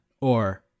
or-